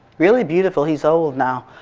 really beautiful, he's old now